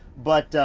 but